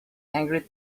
angry